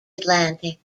atlantic